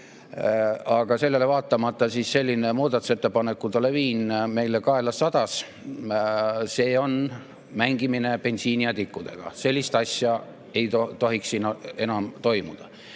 Aga sellele vaatamata selline muudatusettepanekute laviin meile kaela sadas. See on mängimine bensiini ja tikkudega, sellist asja ei tohiks siin enam toimuda.